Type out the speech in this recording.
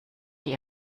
die